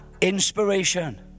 Inspiration